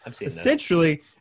Essentially